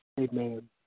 Amen